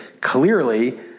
clearly